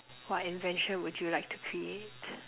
what invention would you like to create